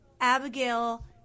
Abigail